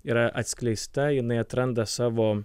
yra atskleista jinai atranda savo